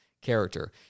character